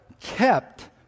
kept